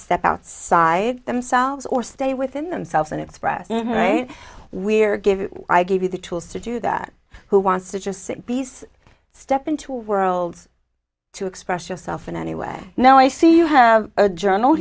step outside themselves or stay within themselves and express right we're giving i give you the tools to do that who wants to just sit beside step in two worlds to express yourself in any way now i see you have a journal